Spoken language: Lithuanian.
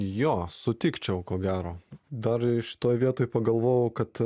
jo sutikčiau ko gero dar ir šitoj vietoj pagalvojau kad